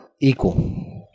equal